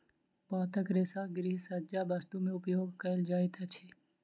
पातक रेशा गृहसज्जा वस्तु में उपयोग कयल जाइत अछि